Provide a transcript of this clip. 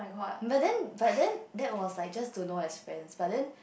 but then but then that was like just to know as friends but then